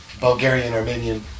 Bulgarian-Armenian